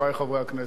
חברי חברי הכנסת,